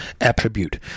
attribute